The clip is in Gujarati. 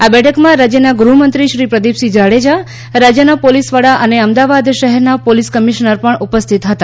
આ બલકમાં રાજ્યના ગૃહમંત્રી શ્રી પ્રદીપસિંહ જાડેજા રાજ્યના પોલીસ વડા અનાઅમદાવાદ શહેરના પોલીસ કમિશ્નર પણ ઉપસ્થિત હતા